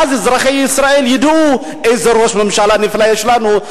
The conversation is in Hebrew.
ואז אזרחי ישראל ידעו איזה ראש ממשלה נפלא יש לנו,